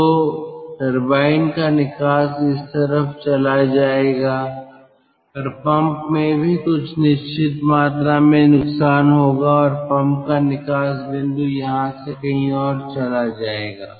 तो टरबाइन का निकास इस तरफ चला जाएगा पर पंप में भी कुछ निश्चित मात्रा में नुकसान होगा और पंप का निकास बिंदु यहां से कहीं और चला जाएगा